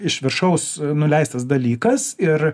iš viršaus nuleistas dalykas ir